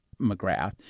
McGrath